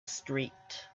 street